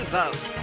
vote